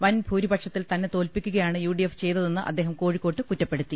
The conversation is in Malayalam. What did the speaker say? വൻ ഭൂരിപക്ഷത്തിൽ തന്നെ തോൽപ്പിക്കുകയാണ് യു ഡി എഫ് ചെയ്തതെന്ന് അദ്ദേഹം കോഴിക്കോട്ട് കുറ്റപ്പെടുത്തി